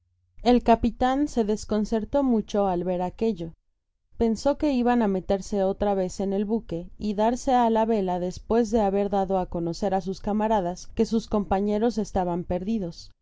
el capitan se desconcertó mucho al ver aquello pensó que iban á meterse otra vez en el buque y darse á la vela despues de haber dado á conocer á sus camaradas que sus compañeros estaban perdidos